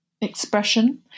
expression